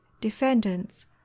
defendants